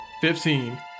Fifteen